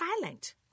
silent